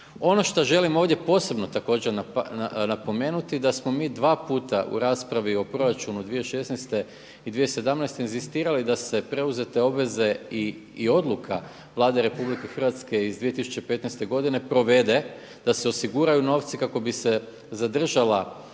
Ono šta želim ovdje posebno također napomenuti, da smo mi dva puta u raspravi o proračunu 2016. i 2017. inzistirali da se preuzete obveze i odluka Vlade RH iz 2015. godine provede da se osiguraju novci kako bi se zadržala